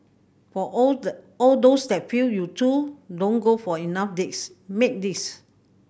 for all the all those that feel you two don't go for enough dates make this